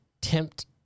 tempt